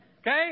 Okay